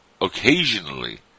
Occasionally